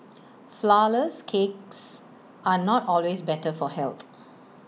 Flourless Cakes are not always better for health